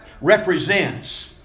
represents